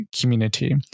community